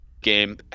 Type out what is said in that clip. game